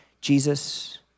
Jesus